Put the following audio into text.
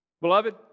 Beloved